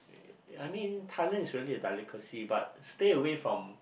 ya I mean Thailand is really a delicacy but stay away from